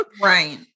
Right